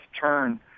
turn